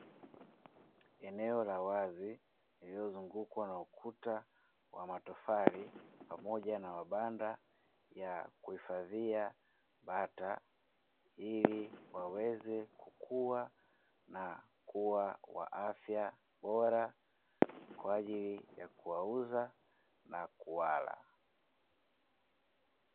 Eneo la wazi lililozungukwa na ukuta wa matofali pamoja na mabanda ya kuhifadhia bata, ili waweze kukua na kuwa wa afya bora kwa ajili ya kuwauza na kuwala.